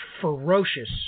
ferocious